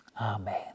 Amen